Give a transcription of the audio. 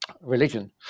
religion